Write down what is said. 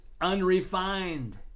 unrefined